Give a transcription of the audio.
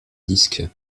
disque